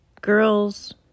girls